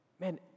Man